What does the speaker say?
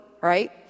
Right